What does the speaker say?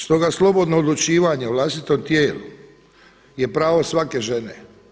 Stoga slobodno odlučivanje o vlastitom tijelu je pravo svake žene.